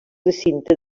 recinte